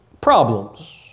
problems